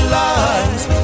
lies